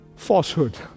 falsehood